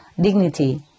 dignity